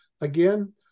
again